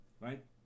right